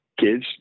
Kids